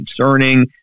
concerning